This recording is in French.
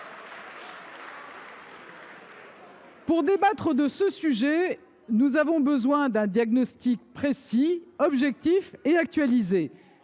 Pour débattre de ce sujet, nous avons besoin d’un diagnostic précis, objectif et actualisé.